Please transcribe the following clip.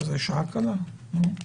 יבוא "ח'